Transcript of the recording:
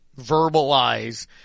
verbalize